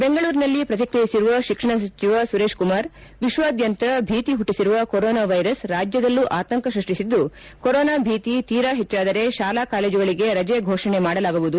ಬೆಂಗಳೂರಿನಲ್ಲಿ ಪ್ರತಿಕ್ರಿಯಿಸಿರುವ ಶಿಕ್ಷಣ ಸಚಿವ ಸುರೇಶ್ ಕುಮಾರ್ ವಿಶ್ವಾದ್ಯಂತ ಭೀತಿ ಪುಟ್ಟಿಸಿರುವ ಕೊರೊನಾ ವೈರಸ್ ರಾಜ್ಯದಲ್ಲೂ ಆತಂಕ ಸೃಷ್ಟಿಸಿದ್ದು ಕೊರೊನಾ ಭೀತಿ ತೀರಾ ಹೆಜ್ಜಾದರೆ ಶಾಲಾ ಕಾಲೇಜುಗಳಿಗೆ ರಜೆ ಫೋಷಣೆ ಮಾಡಲಾಗುವುದು